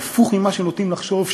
הפוך ממה שנוטים לחשוב,